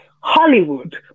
Hollywood